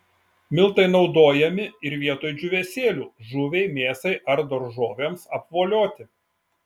miltai naudojami ir vietoj džiūvėsėlių žuviai mėsai ar daržovėms apvolioti